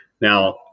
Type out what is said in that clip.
Now